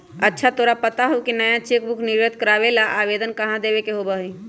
अच्छा तोरा पता हाउ नया चेकबुक निर्गत करावे ला आवेदन कहाँ देवे के होबा हई?